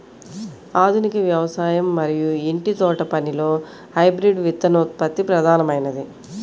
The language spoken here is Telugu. ఆధునిక వ్యవసాయం మరియు ఇంటి తోటపనిలో హైబ్రిడ్ విత్తనోత్పత్తి ప్రధానమైనది